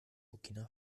burkina